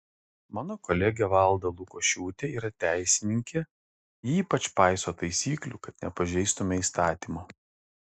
mano kolegė valda lukošiūtė yra teisininkė ji ypač paiso taisyklių kad nepažeistume įstatymo